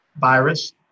virus